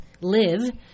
live